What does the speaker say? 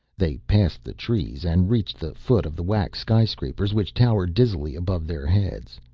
they passed the trees and reached the foot of the wax skyscrapers which towered dizzily above their heads.